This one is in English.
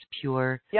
pure